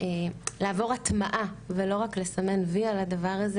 לעבור הטמעה ולא רק לסמן וי על הדבר הזה,